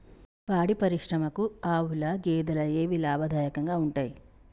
పాడి పరిశ్రమకు ఆవుల, గేదెల ఏవి లాభదాయకంగా ఉంటయ్?